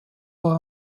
war